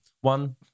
One